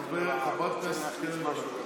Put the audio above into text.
חברת הכנסת קרן ברק.